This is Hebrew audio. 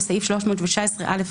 (2)בסעיף 319א(א)